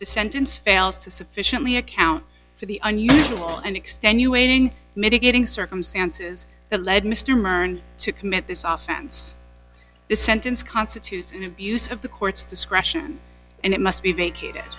sentence fails to sufficiently account for the unusual and extenuating mitigating circumstances that led mr mern to commit this often ends the sentence constitutes an abuse of the court's discretion and it must be vacated